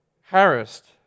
Harassed